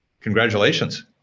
Congratulations